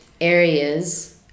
areas